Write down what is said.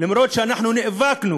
אף-על-פי שאנחנו נאבקנו